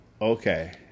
Okay